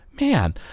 Man